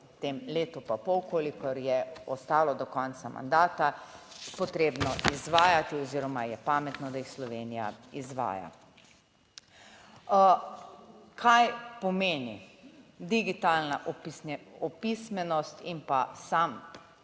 letu pa pol kolikor je ostalo do konca mandata, potrebno izvajati oziroma je pametno, da jih Slovenija izvaja. Kaj pomeni digitalna opismenost in pa sama